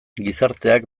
gizarteak